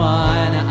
one